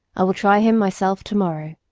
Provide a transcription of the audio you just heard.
i will try him myself to-morrow.